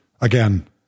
Again